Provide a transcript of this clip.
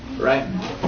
Right